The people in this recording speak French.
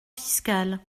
fiscal